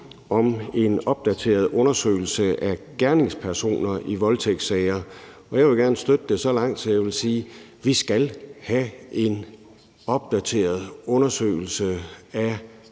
om en opdateret undersøgelse af gerningspersoner i voldtægtssager, og jeg vil gerne støtte det så langt, at jeg vil sige, at vi skal have en opdateret undersøgelse af